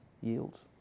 yields